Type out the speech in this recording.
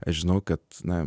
aš žinau kad na